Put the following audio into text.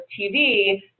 TV